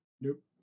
nope